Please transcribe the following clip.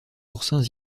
oursins